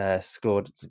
Scored